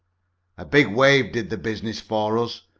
a big wave did the business for us,